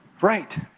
Right